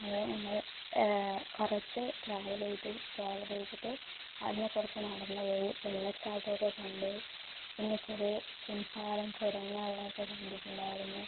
അവിടെ ഞങ്ങൾ കുറച്ചു ട്രാവൽ ചെയ്തു ട്രാവൽ ചെയ്തിട്ട് അവിടെ നിന്ന് കുറച്ച് നടന്നു പോയി വെള്ളച്ചാട്ടമൊക്കെ കണ്ടു പിന്നെ കുറേ സിംഹവാലൻ കുരങ്ങുകളിനെയൊക്കെ കണ്ടിട്ടുണ്ടായിരുന്നു